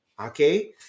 okay